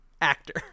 actor